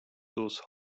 those